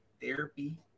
therapy